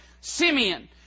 Simeon